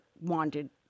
wanted